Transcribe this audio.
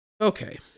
Okay